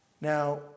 Now